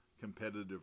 competitive